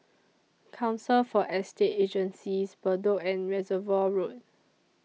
Council For Estate Agencies Bedok and Reservoir Road